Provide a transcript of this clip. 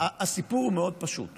הסיפור הוא פשוט מאוד: